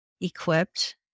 equipped